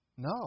No